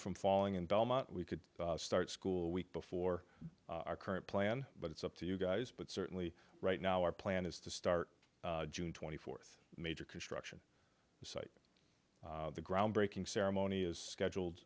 from falling in belmont we could start school week before our current plan but it's up to you guys but certainly right now our plan is to start june twenty fourth major construction site the groundbreaking ceremony is scheduled